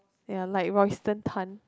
ya like Royston-Tan